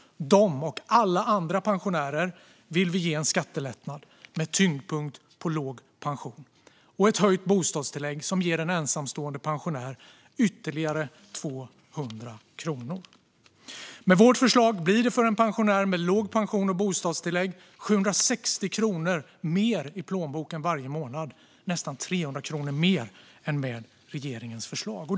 Dem och alla andra pensionärer vill vi ge en skattelättnad med tyngdpunkt på låg pension och ett höjt bostadstillägg som ger en ensamstående pensionär ytterligare 200 kronor. Med vårt förslag blir det för en pensionär med låg pension och bostadstillägg 760 kronor mer i plånboken varje månad, nästan 300 kronor mer än med regeringens förslag.